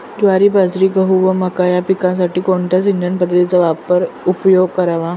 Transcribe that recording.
ज्वारी, बाजरी, गहू व मका या पिकांसाठी कोणत्या सिंचन पद्धतीचा उपयोग करावा?